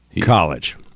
college